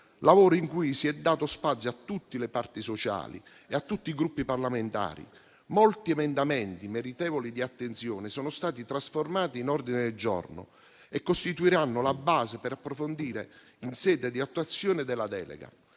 lavoro in cui si è dato spazio a tutte le parti sociali e a tutti i Gruppi parlamentari. Molti emendamenti meritevoli di attenzione sono stati trasformati in ordini del giorno e costituiranno la base per approfondimenti in sede di attuazione della delega.